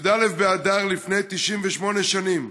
י"א באדר, לפני 98 שנים,